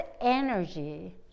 energy